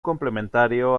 complementario